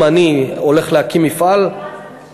אם אני הולך להקים מפעל, זה מיועד לנשים?